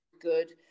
good